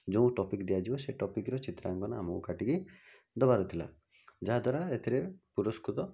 ଯେଉଁ ଟପିକ୍ ଦିଆଯିବ ସେ ଟପିକ୍ର ଚିତ୍ରାଙ୍କନ ଆମକୁ କାଟିକି ଦେବାର ଥିଲା ଯାହା ଦ୍ଵାରା ଏଥିରେ ପୁରସ୍କୃତ